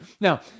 now